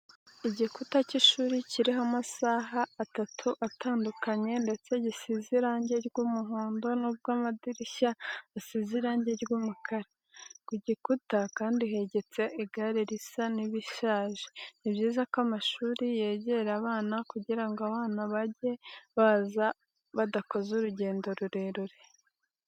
Igikuta cy'ishuri kiriho amasaha atatu atandukanye ndetse gisize irange ry'umuhondo nubwo amadirishya asize irange ry'umukara. Ku gikuta kandi hegetse igare risa n'irishaje. Ni byiza ko amashuri yegera abana kugirango abana baje baza badakoze urugendo rurerure.